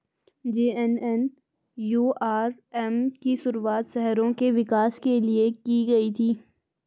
JNNURM की शुरुआत शहरों के विकास के लिए की गई थी